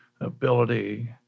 ability